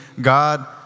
God